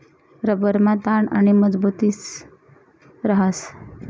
रबरमा ताण आणि मजबुती रहास